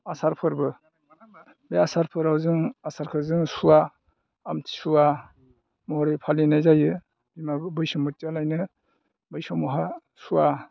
आसार फोरबो बे आसारफोराव जों आसारखौ जों सुवा आमथिसुवा महरै फालिनाय जायो बिमाखौ बैसुमोथिया लायनो बै समावहा सुवा